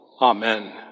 Amen